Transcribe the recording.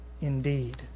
indeed